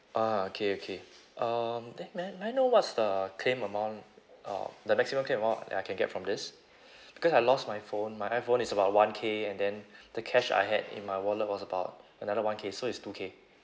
ah okay okay um then may may I know what's the claim amount uh the maximum claim amount that I can get from this because I lost my phone my iphone is about one K and then the cash I had in my wallet was about another one K so is two K